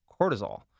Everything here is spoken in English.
cortisol